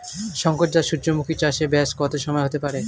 শংকর জাত সূর্যমুখী চাসে ব্যাস কত সময় হতে পারে?